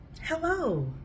Hello